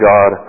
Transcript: God